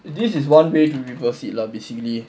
this is one way to reverse it lah basically